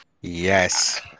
Yes